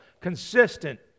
consistent